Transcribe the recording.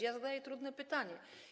Ja zadaję trudne pytanie.